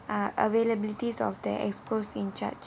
availabilities of their executive committees in charge